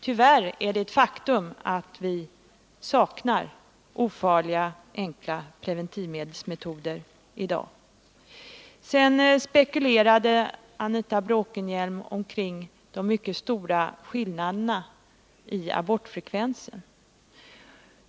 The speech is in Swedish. Tyvärr är det ett faktum att vi i dag saknar ofarliga och enkla preventivmedelsmetoder. Sedan spekulerade Anita Bråkenhielm kring de mycket stora skillnaderna i abortfrekvensen.